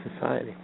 society